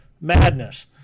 Madness